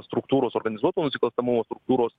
struktūros organizuoto nusikalstamumo struktūros